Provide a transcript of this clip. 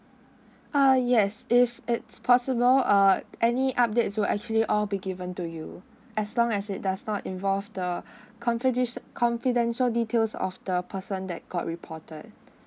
ah yes if it's possible uh any updates will actually all be given to you as long as it does not involve the confident~ confidential details of the person that got reported